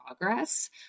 progress